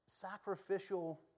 sacrificial